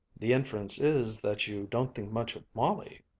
the inference is that you don't think much of molly.